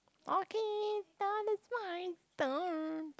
okay now is my turn